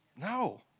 No